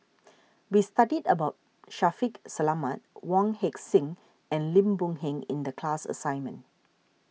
we studied about Shaffiq Selamat Wong Heck Sing and Lim Boon Heng in the class assignment